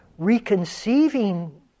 reconceiving